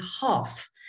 half